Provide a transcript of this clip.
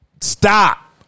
stop